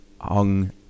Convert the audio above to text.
hung